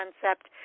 concept